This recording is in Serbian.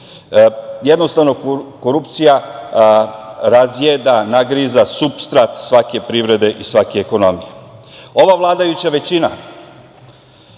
Jednostavno, korupcija razjeda i nagriza supstrat svake privrede i svake ekonomije. Ova vladajuća većina